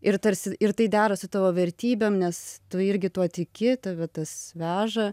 ir tarsi ir tai dera su tavo vertybėm nes tu irgi tuo tiki tave tas veža